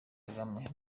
kagame